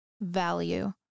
value